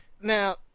Now